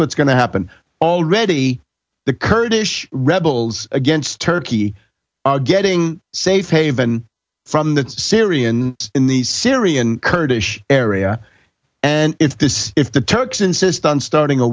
what's going to happen already the kurdish rebels against turkey are getting safe haven from the syrian in the syrian kurdish area and if this if the turks insist on starting a